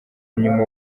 nyuma